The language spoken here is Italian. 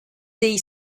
dei